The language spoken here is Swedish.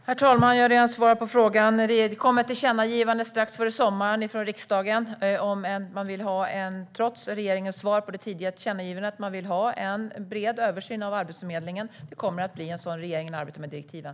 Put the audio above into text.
Herr talman! Jag har redan svarat på frågan. Det kom ett tillkännagivande från riksdagen strax före sommaren, trots regeringens svar på det tidigare tillkännagivandet, om att man vill ha en bred översyn av Arbetsförmedlingen. Det kommer att bli en sådan. Regeringen arbetar med direktiven.